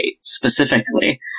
specifically